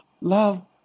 Love